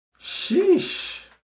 sheesh